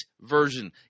version